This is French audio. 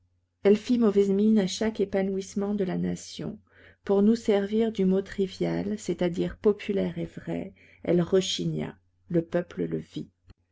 elle fit mauvaise mine à chaque épanouissement de la nation pour nous servir du mot trivial c'est-à-dire populaire et vrai elle rechigna le peuple le vit